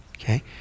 okay